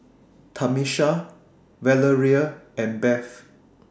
Tamisha Valeria and Bev